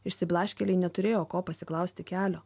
išsiblaškėliai neturėjo ko pasiklausti kelio